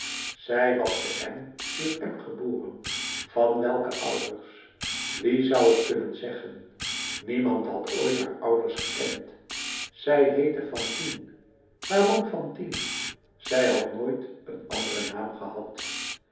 zij was te m sur m geboren van welke ouders wie zou het kunnen zeggen niemand had ooit haar ouders gekend zij heette fantine waarom fantine zij had nooit een anderen naam gehad